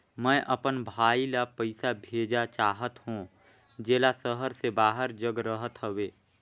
मैं अपन भाई ल पइसा भेजा चाहत हों, जेला शहर से बाहर जग रहत हवे